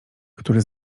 który